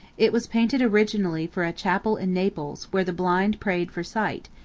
it was painted originally for a chapel in naples where the blind prayed for sight,